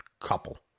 couple